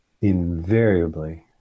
invariably